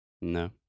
No